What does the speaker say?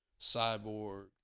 Cyborg